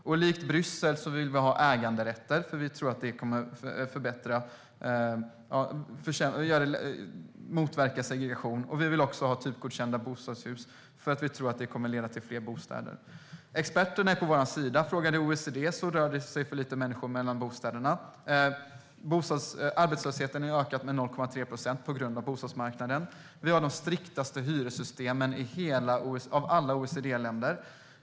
Och likt Bryssel vill vi ha äganderätter, då vi tror att det kommer att motverka segregation. Vi vill också ha typgodkända bostadshus, vilket vi tror kommer att leda till fler bostäder. Experterna är på vår sida. Om man frågar OECD säger de att det rör sig för lite människor mellan bostäderna. Arbetslösheten har ökat med 0,3 procent på grund av bostadsmarknaden. Vi har det striktaste hyressystemet av alla OECD-länder.